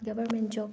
government job